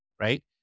right